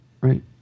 right